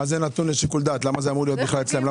למה זה בכלל אמור להיות אצלם?